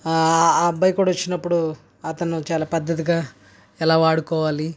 ఆ అబ్బాయి కూడా వచ్చినప్పుడు అతను చాలా పద్ధతిగా ఎలా వాడుకోవాలి